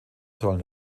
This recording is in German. sollen